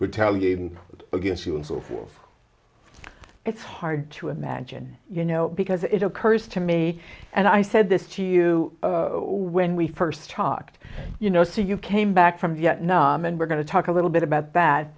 retaliating against you and so full of it's hard to imagine you know because it occurs to me and i said this to you when we first talked you know so you came back from vietnam and we're going to talk a little bit about that